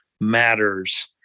matters